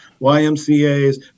YMCAs